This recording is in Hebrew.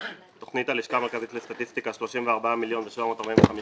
תוכנית הלשכה המרכזית לסטטיסטיקה 34 מיליון ו-745,000,